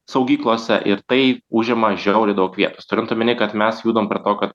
saugyklose ir tai užima žiauriai daug vietos turint omeny kad mes judam prie to kad